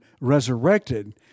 resurrected